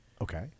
Okay